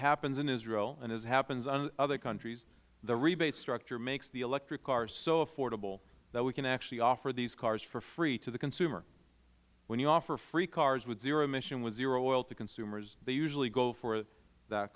happens in israel and happens in other countries the rebate structure makes the electric car so affordable that we can actually offer these cars for free to the consumer when you offer free cars with zero emission with zero oil to consumers they usually go for that